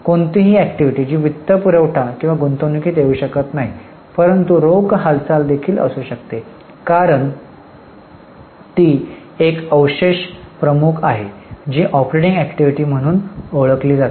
कोणताही अॅक्टिव्हिटी जो वित्तपुरवठा किंवा गुंतवणुकीत येऊ शकत नाही परंतु रोख हालचाल देखील असू शकते कारण ती एक अवशेष प्रमुख आहे जी ऑपरेटिंग अॅक्टिव्हिटी म्हणून ओळखली जाते